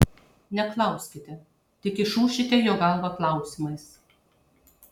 neklauskite tik išūšite jo galvą klausimais